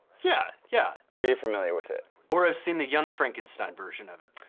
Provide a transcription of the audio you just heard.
yeah! yeah. or you're familiar with it. or i've seen the young frankenstein version of it.